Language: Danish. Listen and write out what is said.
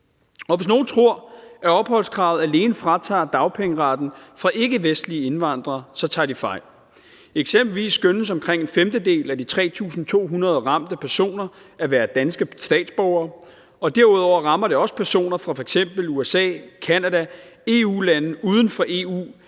Hvis nogen tror, at opholdskravet alene fratager dagpengeretten fra ikkevestlige indvandrere, så tager de fejl. Eksempelvis skønnes omkring en femtedel af de 3.200 ramte personer at være danske statsborgere, og derudover rammer det også personer fra f.eks. USA, Canada, lande uden for EU